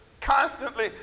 constantly